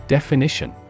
Definition